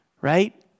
right